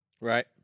right